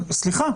סליחה,